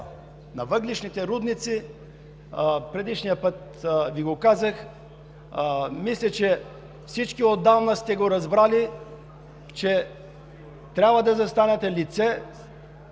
на въглищните рудници, предишния път Ви го казах. Мисля, че всички отдавна сте го разбрали, че трябва да застанете лице